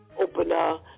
opener